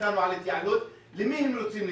איתנו על התייעלות למי הם רוצים להתייעל?